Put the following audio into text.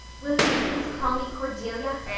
will you please call me cordelia?